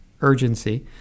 urgency